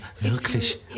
wirklich